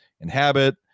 inhabit